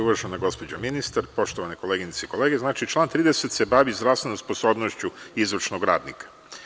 Uvažena gospođo ministar, poštovane koleginice i kolege, član 30. se bavi zdravstvenom sposobnošću izvršnog radnika.